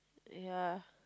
yea